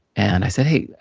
and, i said, hey,